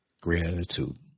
Gratitude